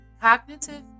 Cognitive